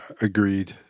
agreed